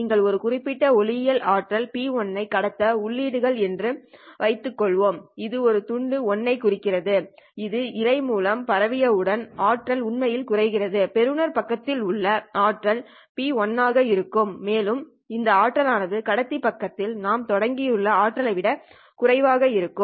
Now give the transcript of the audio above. நீங்கள் ஒரு குறிப்பிட்ட ஒளியியல் ஆற்றல் P1 ஐ கடத்த உள்ளீர்கள் என்று வைத்துக்கொள்வோம் இது ஒரு துண்டு 1 ஐ குறிக்கிறது இது இழை மூலம் பரப்பியவுடன் ஆற்றல் உண்மையில் குறைகிறது பெறுநர் பக்கத்தில் உள்ள ஆற்றல் P1r ஆக இருக்கும் மேலும் இந்த ஆற்றல் ஆனது கடத்தி பக்கத்தில் நாம் தொடங்கியுள்ள ஆற்றல் விட குறைவாக இருக்கும்